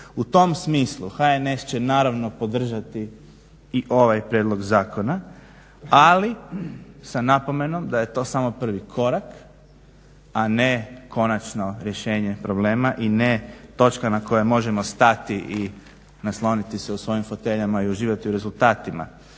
U tom smislu HNS će naravno podržati i ovaj prijedlog zakona ali sa napomenom da je to samo prvi korak a ne konačno rješenje problema i ne točka na kojoj možemo stati i nasloniti se u svojim foteljama i uživati u rezultatima.